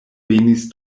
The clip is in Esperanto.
venis